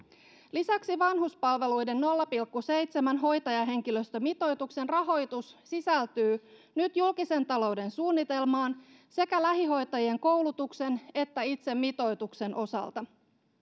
lisäksi vanhuspalveluiden nolla pilkku seitsemän hoitajahenkilöstömitoituksen rahoitus sisältyy nyt julkisen talouden suunnitelmaan sekä lähihoitajien koulutuksen että itse mitoituksen osalta